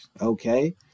Okay